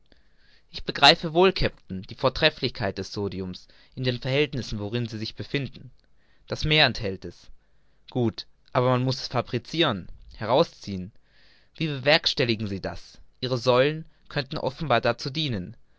ich begreife wohl kapitän die vortrefflichkeit des sodiums in den verhältnissen worin sie sich befinden das meer enthält es gut aber man muß es fabriciren herausziehen wie bewerkstelligen sie das ihre säulen könnten offenbar dazu dienen